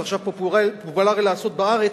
זה עכשיו פופולרי לעשות בארץ,